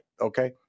okay